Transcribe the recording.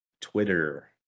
Twitter